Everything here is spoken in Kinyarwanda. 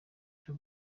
cyo